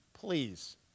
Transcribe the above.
Please